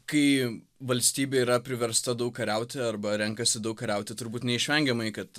kai valstybė yra priversta daug kariauti arba renkasi daug kariauti turbūt neišvengiamai kad